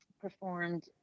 performed